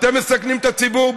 ואתם מסכנים את הציבור,